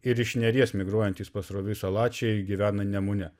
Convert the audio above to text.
ir iš neries migruojantys pastoviui salačiai gyvena nemune